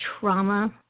trauma